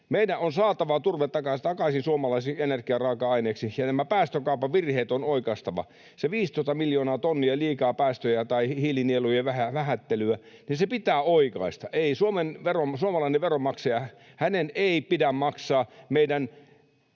Meidän on saatava turve takaisin suomalaiseksi energiaraaka-aineeksi, ja nämä päästökaupan virheet on oikaistava. Se 15 miljoonaa tonnia liikaa päästöjä, hiilinielujen vähättely, pitää oikaista. Ei suomalaisen veronmaksajan pidä maksaa meidän